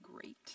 great